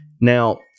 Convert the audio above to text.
Now